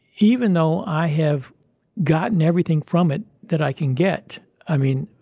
even though i have gotten everything from it that i can get. i mean,